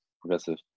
progressive